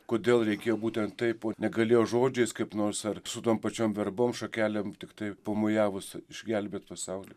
kodėl reikėjo būtent taip o negalėjo žodžiais kaip nors ar su tom pačiom verbom šakelėm tiktai pamojavus išgelbėt pasaulį